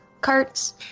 carts